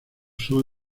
son